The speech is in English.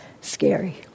scary